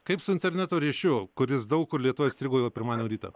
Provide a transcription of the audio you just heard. kaip su interneto ryšiu kuris daug kur lietuvoje strigo jau pirmadienio rytą